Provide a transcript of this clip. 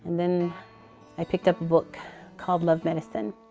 then i picked up a book called love medicine.